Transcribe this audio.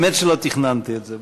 באמת שלא תכננתי את זה.